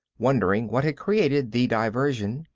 wondering what had created the diversion,